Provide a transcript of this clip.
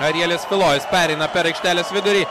arielis kulojus pereina per aikštelės vidurį